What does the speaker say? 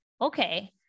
Okay